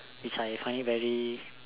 which find it very